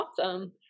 Awesome